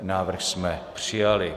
Návrh jsme přijali.